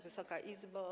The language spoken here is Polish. Wysoka Izbo!